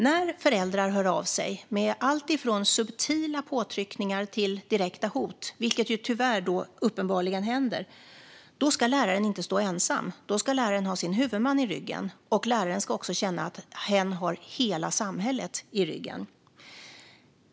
När föräldrar hör av sig med alltifrån subtila påtryckningar till direkta hot, vilket tyvärr uppenbarligen händer, ska läraren inte stå ensam. Då ska läraren ha sin huvudman i ryggen, och läraren ska känna att hen har hela samhället i ryggen.